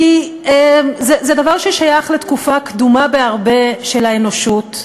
זה דבר ששייך לתקופה קדומה בהרבה של האנושות,